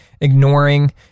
ignoring